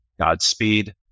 Godspeed